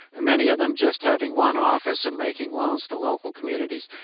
and many of them just having one office and making loans to local communities.